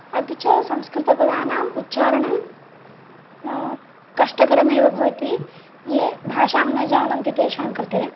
अपि च संस्कृतपदानाम् उच्चारणं कष्टकरमेव भवति ये भाषां न जानन्ति तेषां कृते